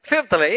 Fifthly